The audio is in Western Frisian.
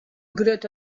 grutte